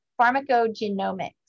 pharmacogenomics